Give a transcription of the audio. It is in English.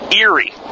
eerie